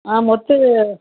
ஆ மொத்தம்